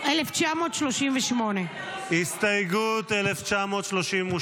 1938. הסתייגות 1938,